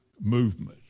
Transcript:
movement